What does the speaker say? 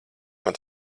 man